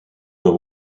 dans